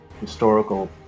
historical